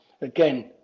again